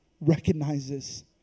recognizes